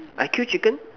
I kill chicken